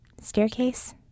Staircase